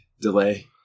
delay